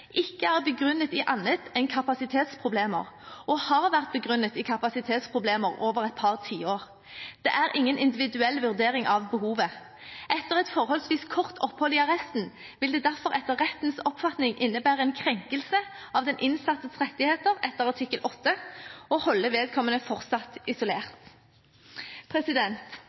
ikke er begrunnet i annet enn kapasitetsproblemer og har vært begrunnet i kapasitetsproblemer over et par tiår. Det er ingen individuell vurdering av behovet. Etter et forholdsvis kort opphold i arresten vil det derfor etter rettens oppfatning innebære en krenkelse av den innsattes rettigheter etter artikkel 8 å holde vedkommende fortsatt isolert.»